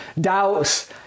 doubts